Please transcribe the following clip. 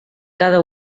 cada